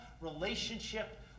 relationship